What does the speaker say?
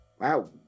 Wow